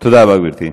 תודה רבה גברתי,